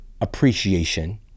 appreciation